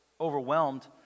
overwhelmed